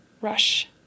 rush